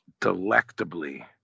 delectably